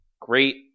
Great